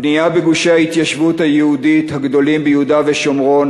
הבנייה בגושי ההתיישבות היהודית הגדולים ביהודה ושומרון